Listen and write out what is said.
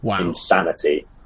insanity